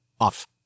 off